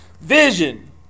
Vision